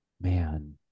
Man